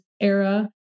era